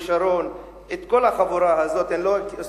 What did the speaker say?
את עמרי שרון, את כל החבורה הזאת, אני לא אוסיף.